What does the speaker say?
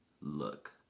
look